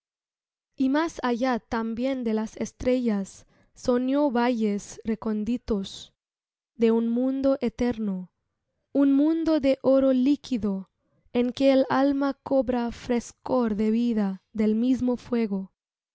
y más allá también de las estrellas soñó valles recónditos de un mundo eterno un mundo de oro líquido en que el alma cobra frescor de vida del mismo fuego